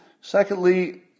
Secondly